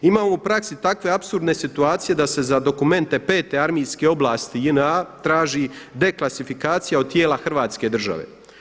Imamo u praksi takve apsurdne situacije da se za dokumente pete armijske oblasti JNA traži deklasifikacija od tijela Hrvatske države.